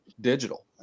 digital